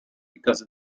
because